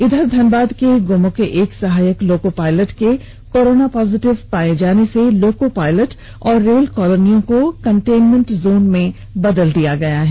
इधर धनबाद के गोमो के एक सहायक लोको पायलट के कोरोना पॉजिटिव पाए जाने से लोको पायलट व रेल कॉलोनियों को कन्टेनमेंट जोन में तब्दील कर दिया गया है